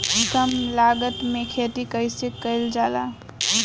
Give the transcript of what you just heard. कम लागत में खेती कइसे कइल जाला?